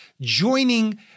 joining